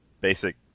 basic